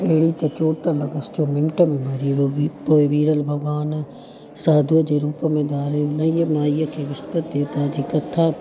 अहिड़ी त चोट लॻसि जो मिंट में मरी वियो पोइ विरल भॻवान साधूअ जे रूप में धारे हुनई माईअ खे विस्पति देवता जी कथा